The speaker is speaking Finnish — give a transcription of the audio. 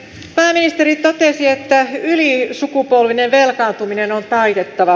pääministeri totesi että ylisukupolvinen velkaantuminen on taitettava